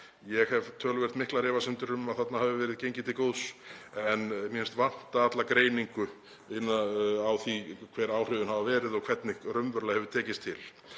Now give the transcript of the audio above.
Ég hef töluvert miklar efasemdir um að þarna hafi verið gengið til góðs en mér finnst vanta alla greiningu á því hver áhrifin hafa verið og hvernig raunverulega hefur tekist til.